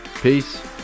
peace